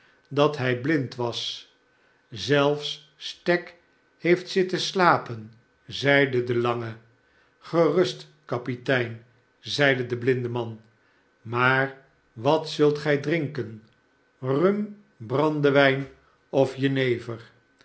dat hij blind was zelfs stagg heeft zitten slapen zeide de lange gerust kapitein zeide de blindeman maar wat zult gij drinken rum brandewijn of jenever